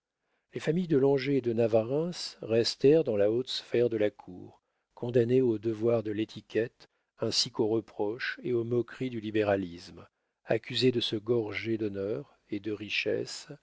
les familles de langeais et de navarreins restèrent dans la haute sphère de la cour condamnées aux devoirs de l'étiquette ainsi qu'aux reproches et aux moqueries du libéralisme accusées de se gorger d'honneurs et de richesses